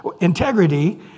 integrity